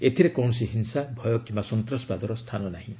ଏଥିରେ କୌଣସି ହିଂସା ଭୟ କିମ୍ବା ସନ୍ତାସବାଦର ସ୍ଥାନ ନାହିଁ